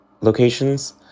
locations